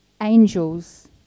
angels